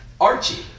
Archie